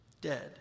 dead